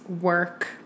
work